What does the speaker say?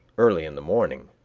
early in the morning